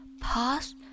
pause